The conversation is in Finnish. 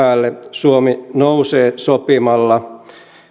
suomi nousee sopimalla